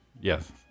Yes